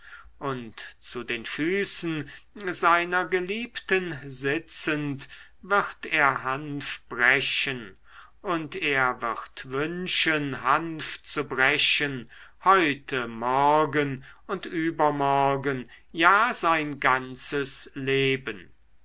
und zu den füßen seiner geliebten sitzend wird er hanf brechen und er wird wünschen hanf zu brechen heute morgen und übermorgen ja sein ganzes leben